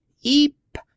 Eep